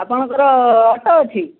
ଆପଣଙ୍କର ଅଟୋ ଅଛି